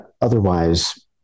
Otherwise